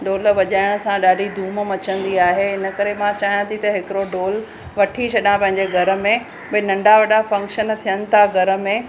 ढोल वजाइण सां ॾाढी धूम मचंदी आहे हिन करे मां चाहियां थी त हिकिड़ो ढोल वठी छॾियां घर में भई नंढा वॾा फंक्शन थियनि था घर में